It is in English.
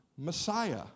Messiah